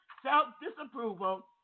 Self-disapproval